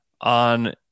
on